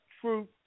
truth